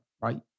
right